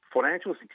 financial